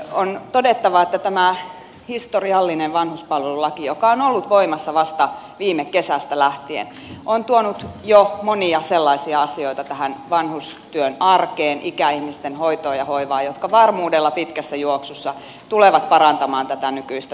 on todettava että tämä historiallinen vanhuspalvelulaki joka on ollut voimassa vasta viime kesästä lähtien on tuonut jo monia sellaisia asioita tähän vanhustyön arkeen ja ikäihmisten hoitoon ja hoivaan jotka varmuudella pitkässä juoksussa tulevat parantamaan tätä nykyistä tilannetta